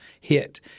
hit